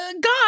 God